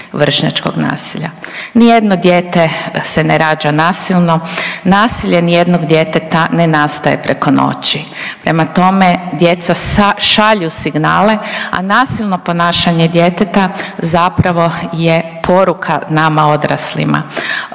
vršnjačkog nasilja. Nijedno dijete se ne rađa nasilno, nasilje nijednog djeteta ne nastaje preko noći, prema tome djeca šalju signale, a nasilno ponašanje djeteta zapravo je poruka nama odraslima,